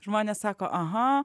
žmonės sako aha